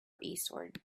eastward